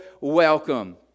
welcome